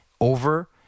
over